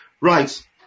Right